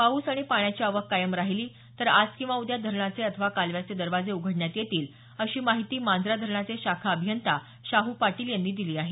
पाऊस आणि पाण्याची आवक कायम राहिली तर आज किंवा उद्या धरणाचे अथवा कालव्याचे दरवाजे उघडण्यात येतील अशी माहिती मांजरा धरणाचे शाखा अभियंता शाहू पाटील यांनी दिली आहे